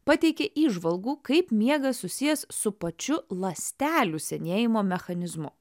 pateikė įžvalgų kaip miegas susijęs su pačiu ląstelių senėjimo mechanizmu